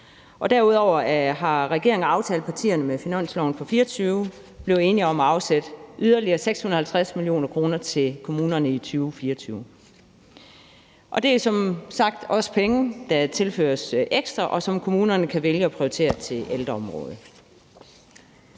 derudover er regeringen og aftalepartierne med finansloven for 2024 blevet enige om at afsætte yderligere 650 mio. kr. til kommunerne i 2024. Det er som sagt penge, der tilføres ekstra, og som kommunerne kan vælge at prioritere til ældreområdet.